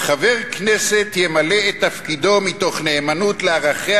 "חבר כנסת ימלא את תפקידו מתוך נאמנות לערכיה